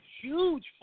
huge